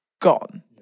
gone